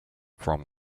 from